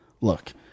look